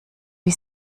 wie